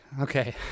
Okay